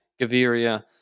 Gaviria